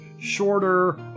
shorter